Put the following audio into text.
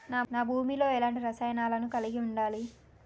నా భూమి లో ఎలాంటి రసాయనాలను కలిగి ఉండాలి?